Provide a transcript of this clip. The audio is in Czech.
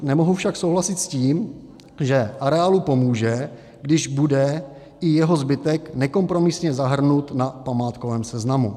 Nemohu však souhlasit s tím, že areálu pomůže, když bude i jeho zbytek nekompromisně zahrnut na památkovém seznamu.